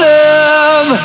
love